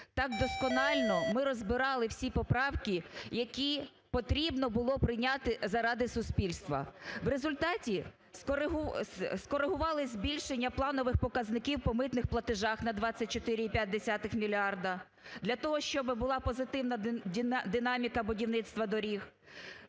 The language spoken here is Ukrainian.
так досконально ми розбирали всі поправки, які потрібно було прийняти заради суспільства. У результаті скорегували збільшення планових показників по митних платежах на 24,5 мільярда для того, щоб була позитивна динаміка будівництва доріг,